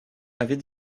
avait